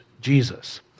Jesus